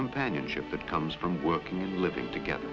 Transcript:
companionship that comes from working living together